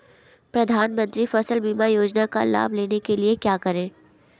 प्रधानमंत्री फसल बीमा योजना का लाभ लेने के लिए क्या करें?